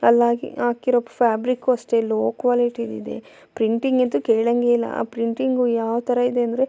ಅಲ್ಲಾಗಿ ಹಾಕಿರೊ ಫ್ಯಾಬ್ರಿಕು ಅಷ್ಟೆ ಲೋ ಕ್ವಾಲಿಟಿದಿದೆ ಪ್ರಿಂಟಿಂಗ್ ಅಂತೂ ಕೇಳೋಂಗೆ ಇಲ್ಲ ಆ ಪ್ರಿಂಟಿಂಗು ಯಾವ ಥರ ಇದೆ ಅಂದರೆ